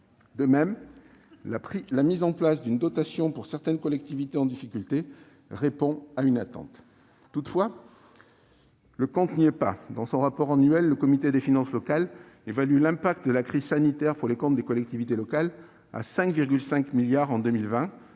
De même, la mise en place d'une dotation pour certaines collectivités en difficulté répond à une attente. Toutefois, le compte n'y est pas. Dans son rapport annuel, le Comité des finances locales (CFL) évalue l'impact de la crise sanitaire pour les comptes des collectivités locales à 5,5 milliards d'euros